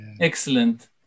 Excellent